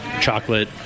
chocolate